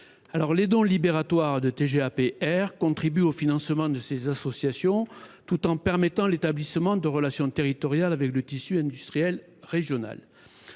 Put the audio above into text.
Les dons libératoires de TGAP air contribuent au financement de ces associations, tout en permettant l’établissement de relations territoriales avec le tissu industriel régional.